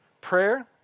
Prayer